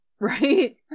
right